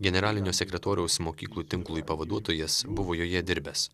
generalinio sekretoriaus mokyklų tinklui pavaduotojas buvo joje dirbęs